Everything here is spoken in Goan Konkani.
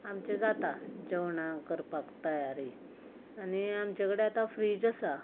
आमचें जाता जेवणा करपाक तयारी आनी आमचेकडेन आतां फ्रीज आसा